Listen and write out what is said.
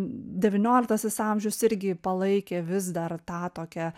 devynioliktasis amžius irgi palaikė vis dar tą tokią